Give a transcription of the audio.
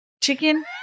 chicken